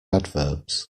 adverbs